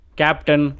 captain